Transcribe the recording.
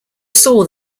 saw